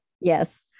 yes